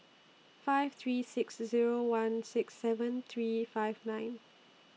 five three six Zero one six seven three five nine